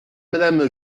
madame